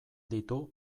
ditu